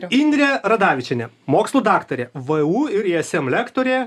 indrė radavičienė mokslų daktarė vu ir ism lektorė